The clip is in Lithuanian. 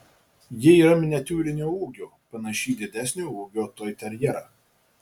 ji yra miniatiūrinio ūgio panaši į didesnio ūgio toiterjerą